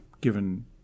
given